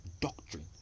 doctrine